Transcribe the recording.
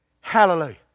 Hallelujah